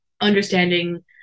understanding